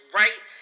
right